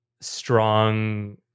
strong